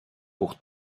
pour